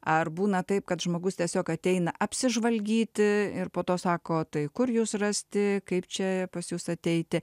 ar būna taip kad žmogus tiesiog ateina apsižvalgyti ir po to sako tai kur jus rasti kaip čia pas jus ateiti